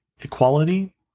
equality